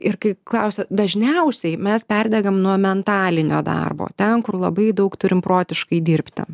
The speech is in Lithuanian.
ir kai klausia dažniausiai mes perdegam nuo mentalinio darbo ten kur labai daug turime protiškai dirbti